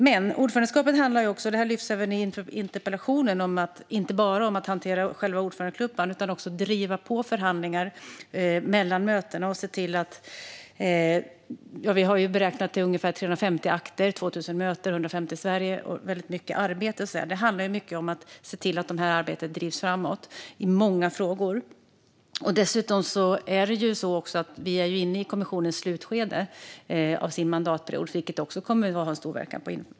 Men som även lyfts fram i interpellationen handlar ordförandeskapet inte bara om att hantera själva ordförandeklubban utan också om att driva på förhandlingar mellan mötena. Vi har beräknat att det är ungefär 350 akter och 2 000 möten varav 150 i Sverige. Det är väldigt mycket arbete, och det handlar mycket om att se till att arbetet drivs framåt i många frågor. Dessutom är vi inne i slutskedet av kommissionens mandatperiod, vilket också kommer att ha en stor inverkan.